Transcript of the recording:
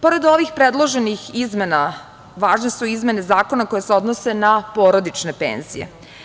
Pored ovih predloženih izmena važne su izmene zakona koje se odnose na porodične penzije.